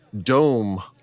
dome